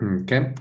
okay